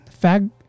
Fag